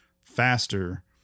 faster